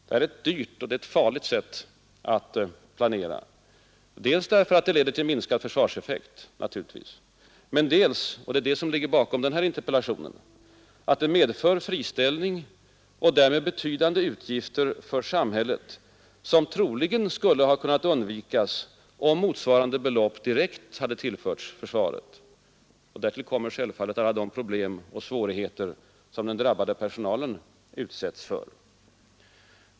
Det är ett dyrt och farligt sätt att planera dels därför att det naturligtvis leder till minskad försvarseffekt, men dels — och det är det som ligger bakom denna interpellation — därför att det medför friställning och därmed betydande utgifter för samhället, vilka troligen skulle ha kunnat undvikas om motsvarande belopp direkt hade tillförts försvaret. Därtill kommer självfallet alla de problem och svårigheter som den drabbade personalen utsätts för.